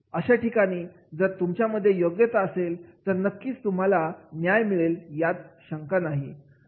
अशा ठिकाणी जर तुमच्यामध्ये योग्यता असेल तर नक्कीच तुम्हाला न्याय मिळेल यात शंका नाही